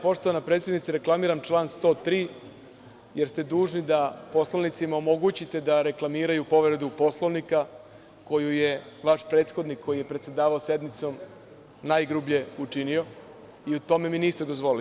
Poštovana predsednice, reklamiram član 103. jer ste dužni da poslanicima omogućite da reklamiraju povredu Poslovnika koju je vaš prethodnik, koji je predsedavao sednicom, najgrublje učinio, i to mi niste dozvolili.